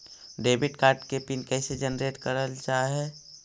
Debit card के pin कैसे generate करल जाहै?